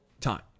time